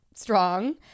strong